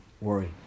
worry